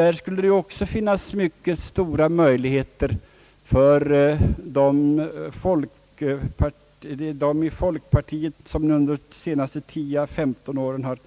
Där skulle det också finnas stora möjligheter för de folkpartister som under de senaste 10 till 15 åren har